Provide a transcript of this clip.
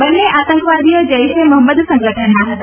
બંને આતંકવાદીઓ જૈશ એ મહમ્મદ સંગઠનના હતા